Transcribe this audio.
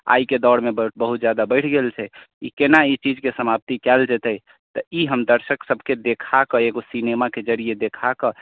आइके दौड़मे बहुत ज्यादा बढ़ि गेल छै ई कोना ई चीजके समाप्ति कैल जेतै तऽ ई हम दर्शक सबके देखाकऽ एगो सिनेमाके जरिए देखाकऽ